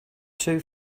two